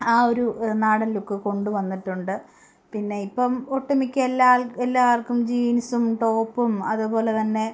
ആ ഒരു നാടൻ ലുക്ക് കൊണ്ട് വന്നിട്ടുണ്ട് പിന്നെ ഇപ്പം ഒട്ടുമിക്ക എല്ലാ എല്ലാവർക്കും ജീൻസും ടോപ്പും അതു പോലെ തന്നെ